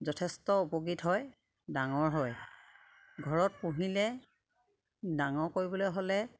যথেষ্ট উপকৃত হয় ডাঙৰ হয় ঘৰত পুহিলে ডাঙৰ কৰিবলৈ হ'লে